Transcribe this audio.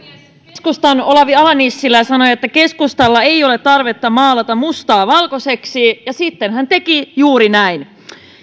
keskustan olavi ala nissilä sanoi että keskustalla ei ole tarvetta maalata mustaa valkoiseksi ja sitten hän teki juuri näin